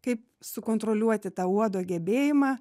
kaip sukontroliuoti tą uodo gebėjimą